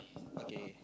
okay